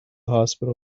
hospital